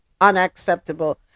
unacceptable